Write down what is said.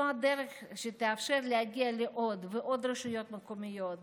זאת הדרך שתאפשר להגיע לעוד ועוד רשויות מקומיות,